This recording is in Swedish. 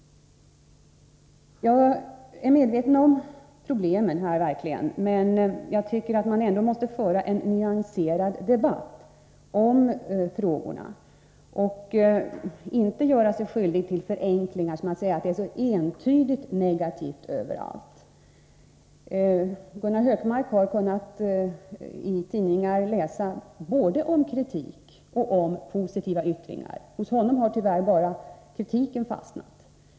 Jag är verkligen medveten om problemen, men jag tycker att man ändå måste föra en nyanserad debatt om frågorna och inte göra sig skyldig till förenklingar — som att säga att det är så entydigt negativt överallt. Gunnar Hökmark har i tidningar kunnat läsa både om kritik och om positiva yttringar. Hos honom har tyvärr bara kritiken fastnat.